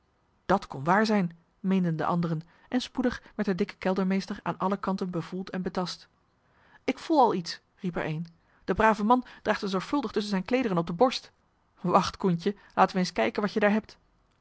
dat kon waar zijn meenden de anderen en spoedig werd de dikke keldermeester aan alle kanten bevoeld en betast ik voel al iets riep er een de brave man draagt ze zorgvuldig tusschen zijne kleederen op de borst wacht coentje laten we eens kijken wat je daar hebt